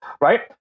right